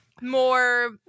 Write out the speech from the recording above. more